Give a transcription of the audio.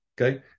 Okay